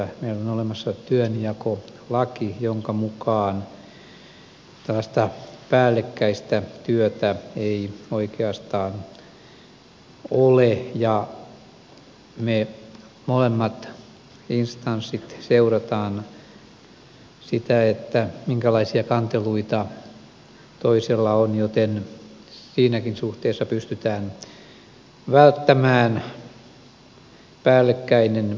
meillä on olemassa työnjakolaki jonka mukaan tällaista päällekkäistä työtä ei oikeastaan ole ja me molemmat instanssit seuraamme sitä minkälaisia kanteluita toisella on joten siinäkin suhteessa pystytään välttämään päällekkäinen työ